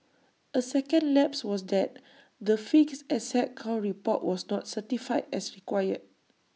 A second lapse was that the fixed asset count report was not certified as required